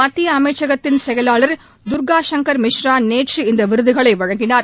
மத்திய அமைச்சகத்தின் செயலாளர் தர்கா சங்கர் மிஷ்ரா நேற்று இந்த விருதுகளை வழங்கினார்